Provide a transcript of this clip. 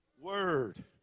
word